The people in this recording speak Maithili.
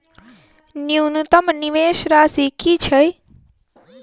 न्यूनतम निवेश राशि की छई?